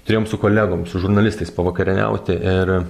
turėjom su kolegom su žurnalistais pavakarieniauti ir